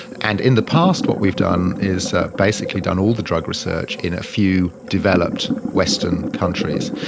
and in the past what we've done is basically done all the drug research in a few developed western countries,